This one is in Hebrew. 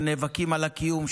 שנאבקים על הקיום,